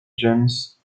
james